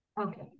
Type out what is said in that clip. Okay